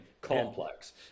complex